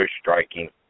striking